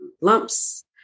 lumps